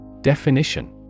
Definition